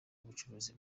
ubucuruzi